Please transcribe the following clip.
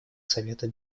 совета